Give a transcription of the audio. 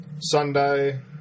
Sunday